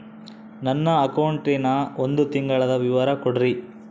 ನನ್ನ ಅಕೌಂಟಿನ ಒಂದು ತಿಂಗಳದ ವಿವರ ಕೊಡ್ರಿ?